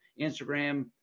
Instagram